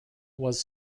was